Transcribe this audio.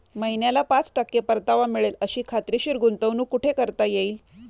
महिन्याला पाच टक्के परतावा मिळेल अशी खात्रीशीर गुंतवणूक कुठे करता येईल?